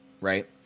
right